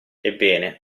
ebbene